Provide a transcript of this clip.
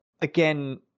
Again